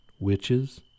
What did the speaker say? Witches